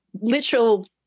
literal